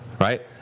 right